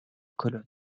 colonnes